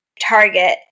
target